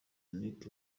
yannick